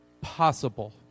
possible